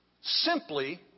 simply